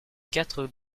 quatre